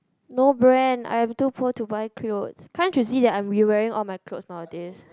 no brand I'm too poor to buy clothes can't you see that I'm re wearing all my clothes nowadays